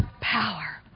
power